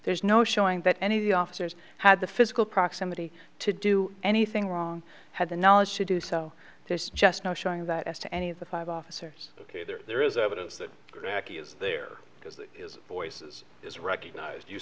there's no showing that any of the officers had the physical proximity to do anything wrong had the knowledge to do so there's just no showing that s to any of the five officers ok there is evidence that gravity is there because there is voices is recognized you